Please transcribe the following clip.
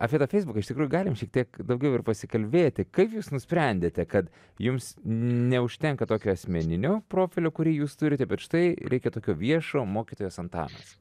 apie tą feisbuką iš tikrųjų galim šiek tiek daugiau ir pasikalbėti kaip jūs nusprendėte kad jums neužtenka tokio asmeninio profilio kurį jūs turite bet štai reikia tokio viešo mokytojas antanas